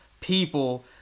people